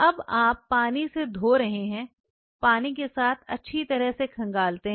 अब आप पानी से धो रहे हैं पानी के साथ अच्छी तरह से खँगालते हैं